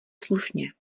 slušně